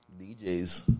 DJs